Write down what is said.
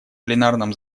пленарном